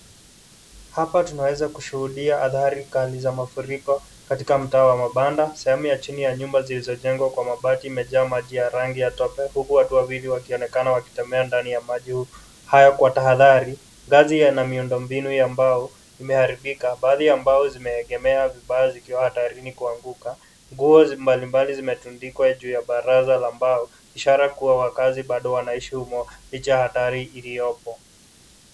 Hapa tunaweza kushuhudia athari kali za mafuriko katika mtaa wa mabanda. Sehemu ya chini ya nyumba zilizojengwa kwa mabati imejaa maji ya rangi ya tope huku watu wawili wakionekana wakitembea ndani ya maji haya kwa tahadhari. Ngazi yana miondo mbinu ya mbao imeharibika. Baadhi ya mbao zimeegemea vibaa zikiwa hatarini kuanguka. Nguo mbalimbali zimetundikwa juu ya baraza la mbao, ishara kuwa wakazi bado wanaishi humo licha ya hatari iliyopo.